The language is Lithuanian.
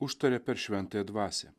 užtarė per šventąją dvasią